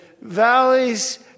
valleys